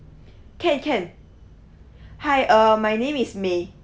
can can hi uh my name is may